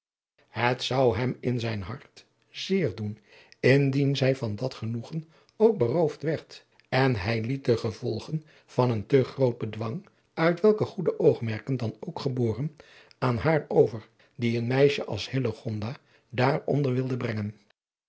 het zou hem in zijn hart zeer doen indien zij van dat genoegen ook beroofd werd en hij liet de gevolgen van een te groot bedwang uit welke goede oogmerken dan ook geboren aan haar over die een meisje als hillegonda daar onder wilde brengen